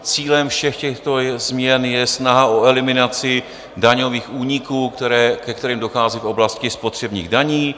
Cílem všech těchto změn je snaha o eliminaci daňových úniků, ke kterým dochází v oblasti spotřebních daní.